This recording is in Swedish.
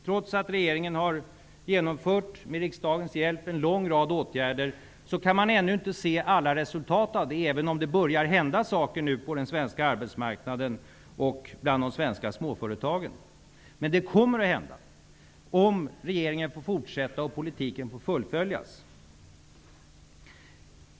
Trots att regeringen med riksdagens hjälp har genomfört en långt rad åtgärder kan man ännu inte se alla resultaten -- det är alldeles riktigt -- även om det nu börjar hända saker på den svenska arbetsmarknaden och bland de svenska småföretagen. Men det kommer att hända, om regeringen får fortsätta och politiken får fullföljas.